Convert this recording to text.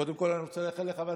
קודם כול אני רוצה לאחל לך הצלחה.